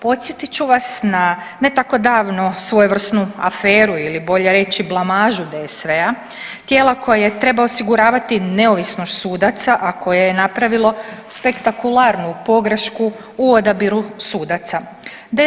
Podsjetit ću vas na ne tako davno svojevrsnu aferu ili bolje reći blamažu DSV-a, tijela koje je trebalo osiguravati neovisnost sudaca, a koje je napravilo spektakularnu pogrešku u odabiru sudaca.